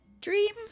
dream